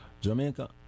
Jamaica